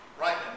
Right